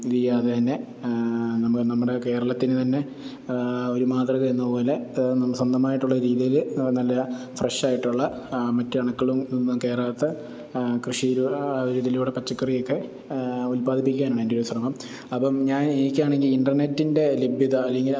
ഇതു ചെയ്യാതെ തന്നെ നമ്മൾ നമ്മുടെ കേരളത്തിനു തന്നെ ഒരു മാതൃകയെന്ന പോലെ സ്വന്തമായിട്ടുള്ള രീതിയിൽ നല്ല ഫ്രഷായിട്ടുള്ള മറ്റ് അണുക്കളും ഒന്നും കയറാത്ത കൃഷിയിലൂ ഒരിതിലൂടെ പച്ചക്കറിയൊക്കെ ഉൽപ്പാദിപ്പിക്കാനാണ് എൻ്റെയൊരു ശ്രമം അപ്പം ഞാനേ എനിക്കാണെങ്കിൽ ഇൻറ്റർനെറ്റിൻ്റെ ലഭ്യത അല്ലെങ്കിൽ